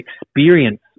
experience